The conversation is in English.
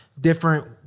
different